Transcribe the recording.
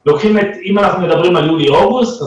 אם אנחנו מדברים על יולי-אוגוסט,